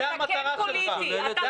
וזה המטרה שלך.